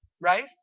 right